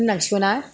होननांसिगौ ना